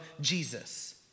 Jesus